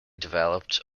developed